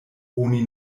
oni